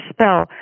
spell